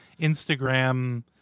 Instagram